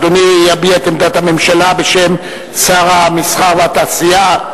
אדוני יביע את עמדת הממשלה בשם שר המסחר והתעשייה,